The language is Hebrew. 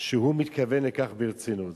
שהוא מתכוון לכך ברצינות.